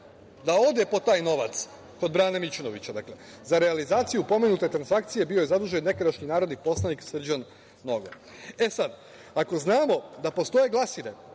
da ode po taj novac kod Brane Mićunovića, za realizaciju pomenute transakcije bio je zadužen nekadašnji narodni poslanik Srđan Nogo. Ako znamo da postoje glasine